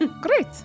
Great